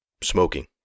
smoking